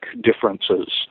differences